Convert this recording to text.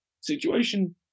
situation